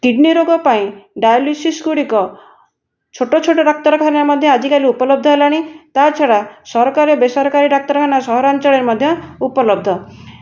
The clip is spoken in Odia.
କିଡ଼ନୀ ରୋଗ ପାଇଁ ଡାୟାଲିସିସ୍ଗୁଡ଼ିକ ଛୋଟ ଛୋଟ ଡାକ୍ତରଖାନାରେ ମଧ୍ୟ ଆଜିକାଲି ଉପଲବ୍ଧ ହେଲାଣି ତା' ଛଡ଼ା ସରକାରୀ ଓ ବେସରକାରୀ ଡାକ୍ତରଖାନା ସହରାଞ୍ଚଳରେ ମଧ୍ୟ ଉପଲବ୍ଧ